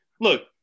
Look